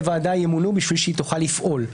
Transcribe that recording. הוועדה ימונו בשביל שהיא תוכל לפעול.